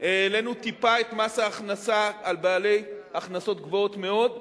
העלינו טיפה את מס ההכנסה על בעלי הכנסות גבוהות מאוד,